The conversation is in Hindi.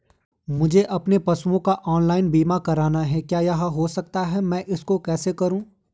मुझे अपने पशुओं का ऑनलाइन बीमा करना है क्या यह हो सकता है मैं इसको कैसे करूँ?